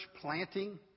planting